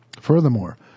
Furthermore